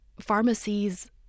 pharmacies